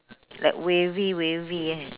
like wavy wavy eh